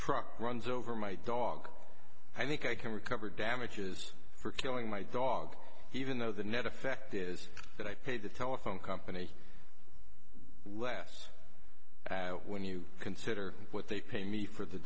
truck runs over my dog i think i can recover damages for killing my dog even though the net effect is that i paid the telephone company less when you consider what they pay me for the